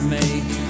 make